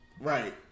Right